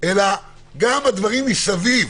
אלא גם הדברים מסביב.